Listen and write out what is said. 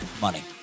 Money